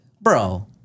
bro